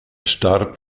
starb